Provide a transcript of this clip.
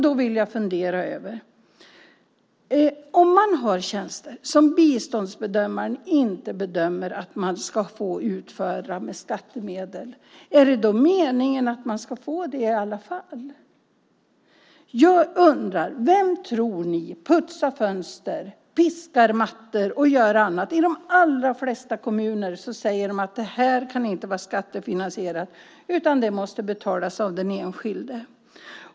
Då undrar jag: Om man vill ha tjänster som biståndsbedömaren bedömer inte ska utföras med skattemedel, är det då meningen att man ska få det i alla fall? Vem tror ni putsar fönster, piskar mattor och gör annat sådant? I de allra flesta kommuner säger man att det inte kan vara skattefinansierat utan det måste betalas av den enskilde.